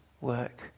work